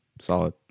Solid